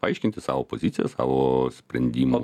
aiškinti savo poziciją savo sprendimą